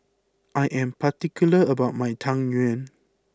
I am particular about my Tang Yuan